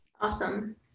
Awesome